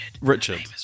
Richard